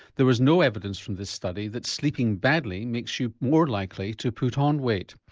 there was no evidence from this study that sleeping badly makes you more likely to put on weight.